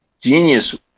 genius